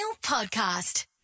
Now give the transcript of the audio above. Podcast